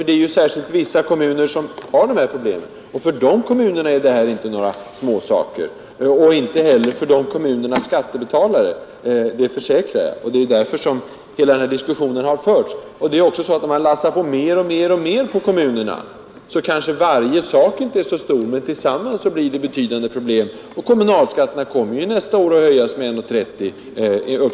Det är ju särskilt vissa kommuner som har svårigheter och för dem är detta inte några småsaker — och inte heller för de kommunernas skattebetalare, det försäkrar jag. Det är därför hela denna diskussion har förts. Om man lassar mer och mer på kommunerna blir det betydande problem även om varje sak för sig inte är så stor. Och kommunalskatterna kommer nästa år uppskattningsvis att höjas med 1:30.